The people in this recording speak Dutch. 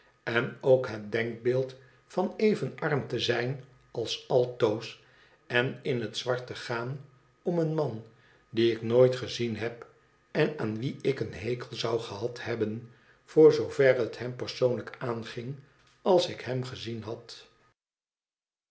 n ook het denkbeeld van even arm te zijn als altoos en in het zwart te gaan om een man dien ik nooit gezien heb en aan wien ik een hekel zou gehad hebben voor zoover het hem persoonlijk aanging als ik hem gezien had